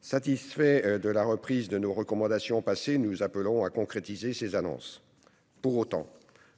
Satisfaits de la reprise de nos recommandations passées, nous appelons à concrétiser ces annonces. Pour autant,